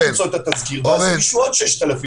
למצוא את התזכיר ואז הגישו עוד 6,000 אנשים.